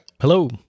Hello